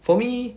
for me